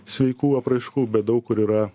sveikų apraiškų bet daug kur yra